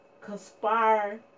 conspire